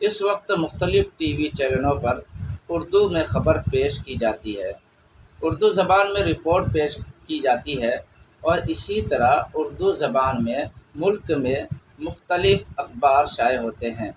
اس وقت مختلف T V چینلوں پر اردو میں خبر پیش کی جاتی ہے اردو زبان میں رپورٹ پیش کی جاتی ہے اور اسی طرح اردو زبان میں ملک میں مختلف اخبار شائع ہوتے ہیں